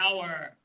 power